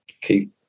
Keith